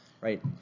right